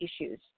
issues